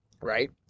right